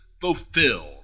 Fulfilled